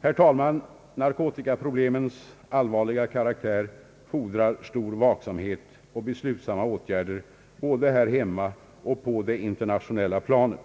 Herr talman! Narkotikaproblemens allvarliga karaktär fordrar stor vaksamhet och beslutsamma åtgärder både här hemma och på det internationella planet.